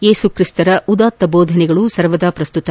ಏಸುಕ್ರಿಸ್ತರ ಉದಾತ್ತ ಜೋಧನೆಗಳು ಸರ್ವದಾ ಪ್ರಸ್ತುತ